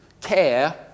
care